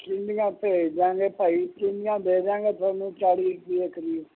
ਭੇਜ ਦਿਆਂਗੇ ਭਾਈ ਦੇ ਦਿਆਂਗੇ ਤੁਹਾਨੂੰ ਚਾਲ੍ਹੀ ਰੁਪਏ ਕਰੀਬ